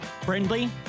Friendly